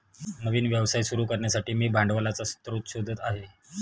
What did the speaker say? नवीन व्यवसाय सुरू करण्यासाठी मी भांडवलाचा स्रोत शोधत आहे